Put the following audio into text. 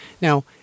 Now